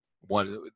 one